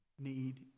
need